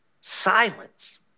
silence